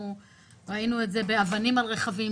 ראינו את זה באבנים על רכבים.